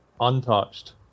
untouched